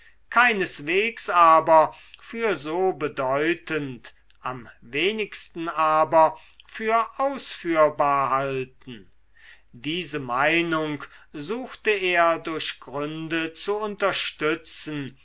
keineswegs aber für so bedeutend am wenigsten aber für ausführbar halten diese meinung suchte er durch gründe zu unterstützen